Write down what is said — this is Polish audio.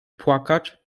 płakać